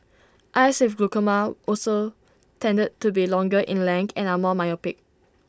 eyes with glaucoma also tended to be longer in length and are more myopic